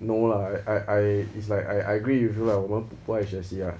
no lah I I it's like I I agree with you lah 我们不爱学习 lah